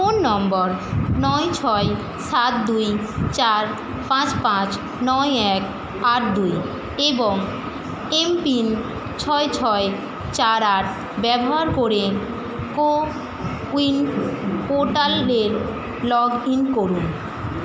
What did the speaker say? phone নম্বর নয় ছয় সাত দুই চার পাঁচ পাঁচ নয় এক আট দুই এবং এমপিন ছয় ছয় চার আট ব্যবহার করে কোউইন পোর্টালে লগ ইন করুন